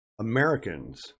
Americans